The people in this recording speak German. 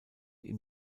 ihm